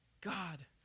God